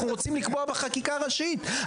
אנחנו רוצים לקבוע בחקיקה הראשית,